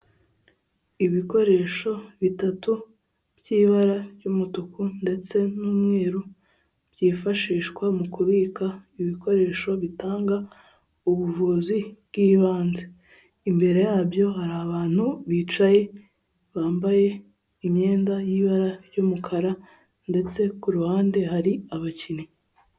Ibikoresho bitatu by'ibara ry'umutuku ndetse n'umweru, byifashishwa mu kubika ibikoresho bitanga ubuvuzi bw'ibanze. Imbere yabyo hari abantu bicaye, bambaye imyenda y'ibara ry'umukara ndetse ku ruhande hari abakinnyi.